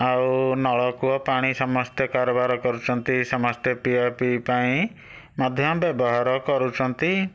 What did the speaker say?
ଆଉ ନଳକୂଅ ପାଣି ସମସ୍ତେ କାରବାର କରୁଛନ୍ତି ସମେସ୍ତ ପିଆପିଇ ପାଇଁ ମଧ୍ୟ ବ୍ୟବହାର କରୁଛନ୍ତି